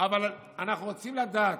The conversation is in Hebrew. אבל אנחנו רוצים לדעת,